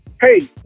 hey